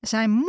Zijn